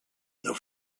the